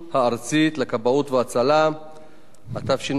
התשע"ב 2012, שיזמה הממשלה,